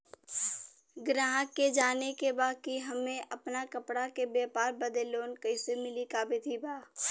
गराहक के जाने के बा कि हमे अपना कपड़ा के व्यापार बदे लोन कैसे मिली का विधि बा?